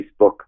Facebook